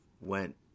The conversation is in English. went